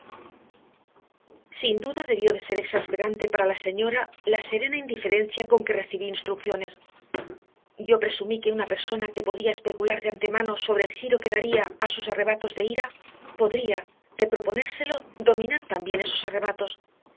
sin duda debió de ser exasperante para la señora la serena indiferencia con que recibí instrucciones yo presumí que una persona que podía especular de antemano sobre el giro que daría a sus arrebatos de ira podría de proponérselo dominar también esos arrebatos